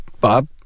Bob